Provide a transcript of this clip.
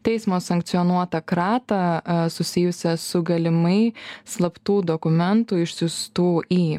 teismo sankcionuotą kratą susijusią su galimai slaptų dokumentų išsiųstų į